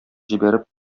җибәреп